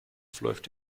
verläuft